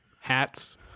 Hats